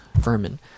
vermin